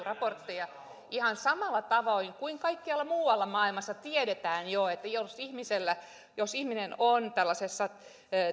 raportteja ihan samalla tavoin kuin kaikkialla muualla maailmassa jo tiedetään että jos ihminen on tällaisessa